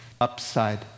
upside